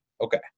Okay